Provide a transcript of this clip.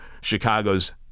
Chicago's